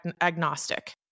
agnostic